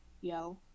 yo